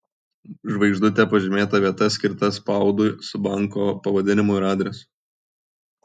žvaigždute pažymėta vieta skirta spaudui su banko pavadinimu ir adresu